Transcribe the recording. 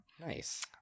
Nice